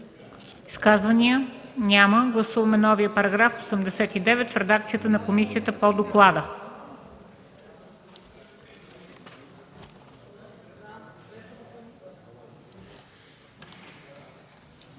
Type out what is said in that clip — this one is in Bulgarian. Изказвания? Няма. Гласуваме новия § 89 в редакцията на комисията, по доклада.